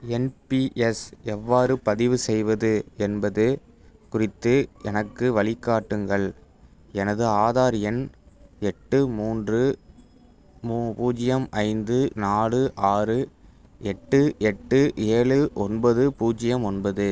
NPS எவ்வாறு பதிவு செய்வது என்பது குறித்து எனக்கு வழிகாட்டுங்கள் எனது ஆதார் எண் எட்டு மூன்று மூ பூஜ்ஜியம் ஐந்து நாலு ஆறு எட்டு எட்டு ஏழு ஒன்பது பூஜ்ஜியம் ஒன்பது